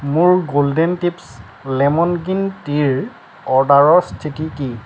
মোৰ golden tips lemon green টিৰ অৰ্ডাৰৰ স্থিতি কি